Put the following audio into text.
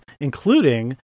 including